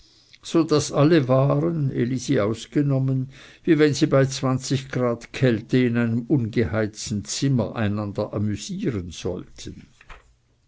so daß alle waren elisi ausgenommen wie wenn sie bei zwanzig grad kälte in einem ungeheizten zimmer einander amüsieren sollten